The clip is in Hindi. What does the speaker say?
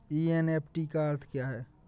एन.ई.एफ.टी का अर्थ क्या है?